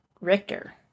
Richter